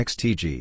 Xtg